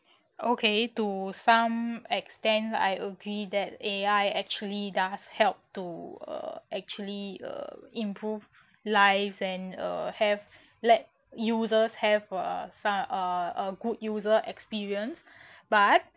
okay to some extent I agree that A_I actually does help to uh actually uh improve lives and uh have let users have uh som~ uh a good user experience but